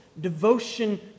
Devotion